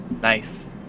Nice